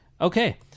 Okay